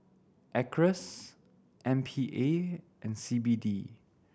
Acres M P A and C B D